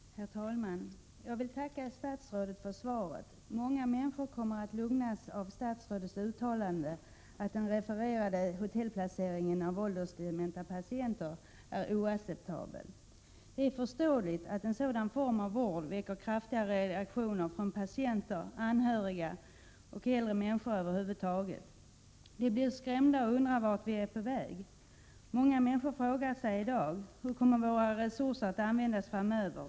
Herr talman! Jag vill tacka statsrådet för svaret. Många människor kommer att lugnas av statsrådets uttalande att den refererade hotellplaceringen av åldersdementa patienter är oacceptabel. Det är förståeligt att en sådan form av vård väcker kraftiga reaktioner från patienter, anhöriga och äldre människor över huvud taget. De blir skrämda och undrar vart vi är på väg. Många människor frågar sig i dag hur våra resurser kommer att användas framöver.